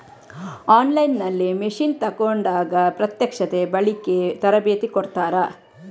On line ನಲ್ಲಿ machine ತೆಕೋಂಡಾಗ ಪ್ರತ್ಯಕ್ಷತೆ, ಬಳಿಕೆ, ತರಬೇತಿ ಕೊಡ್ತಾರ?